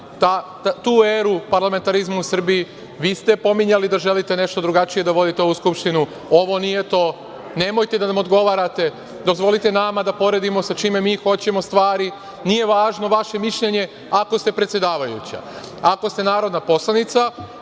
tu eru parlamentarizma u Srbiji. Vi ste pominjali da želite nešto drugačije da vodite ovu Skupštinu, ovo nije to. Nemojte da nam odgovarate. Dozvolite nama da poredimo sa čime mi hoćemo stvari. Nije važno vaše mišljenje ako ste predsedavajuća. Ako ste narodna poslanica,